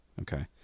Okay